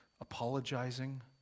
apologizing